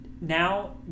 Now